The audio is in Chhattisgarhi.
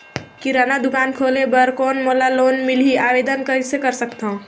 किराना दुकान खोले बर कौन मोला लोन मिलही? आवेदन कइसे कर सकथव?